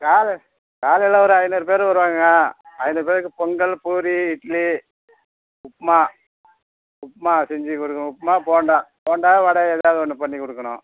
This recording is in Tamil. கால் காலையில் ஒரு ஐந்நூறு பேர் வருவாங்க ஐந்நூறு பேருக்கு பொங்கல் பூரி இட்லி உப்மா உப்மா செஞ்சிக் கொடுங்க உப்மா போண்டா போண்டா வட எதாவது ஒன்று பண்ணிக் கொடுக்கணும்